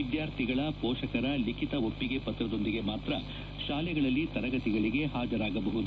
ವಿದ್ಯಾರ್ಥಿಗಳ ಪೋಷಕರ ಲಿಖಿತ ಒಪ್ಪಿಗೆ ಪತ್ರದೊಂದಿಗೆ ಮಾತ್ರ ಶಾಲೆಗಳಲ್ಲಿ ತರಗತಿಗಳಿಗೆ ಹಾಜರಾಗಬಹುದು